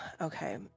Okay